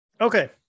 okay